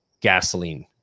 gasoline